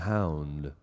Hound